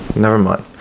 nevermind